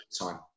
time